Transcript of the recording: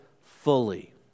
fully